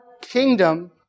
kingdom